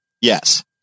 Yes